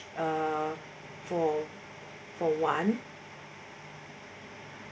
uh for for one